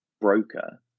broker